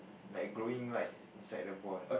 like glowing light inside the ball